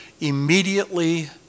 immediately